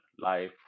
life